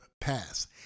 pass